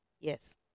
yes